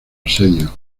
asedio